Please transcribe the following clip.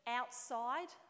outside